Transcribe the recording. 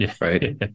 right